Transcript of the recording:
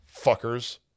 fuckers